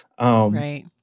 Right